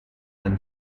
and